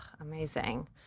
amazing